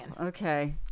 okay